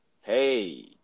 Hey